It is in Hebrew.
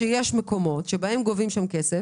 שיש מקומות שבהם גובים שם כסף.